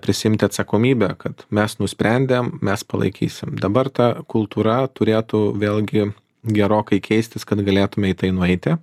prisiimti atsakomybę kad mes nusprendėm mes palaikysim dabar ta kultūra turėtų vėlgi gerokai keistis kad galėtume į tai nueiti